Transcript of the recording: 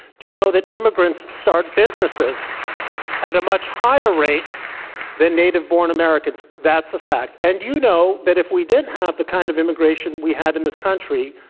do you know that immigrants start businesses at a much higher rate than native-born americans? that's a fact. and do you know that if we didn't have the kind of immigration we had in this country,